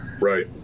right